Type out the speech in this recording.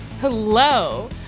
hello